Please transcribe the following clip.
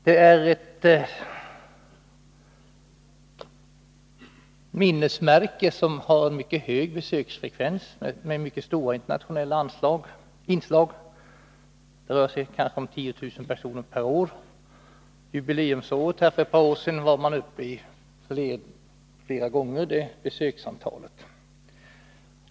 Det är ett minnesmärke som har hög besöksfrekvens med mycket stort internationellt inslag. Det rör sig om kanske 10 000 per år, och under jubileumsåret för ett par år sedan var man uppe i flera gånger det besöksantalet.